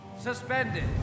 suspended